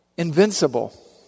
Invincible